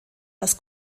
das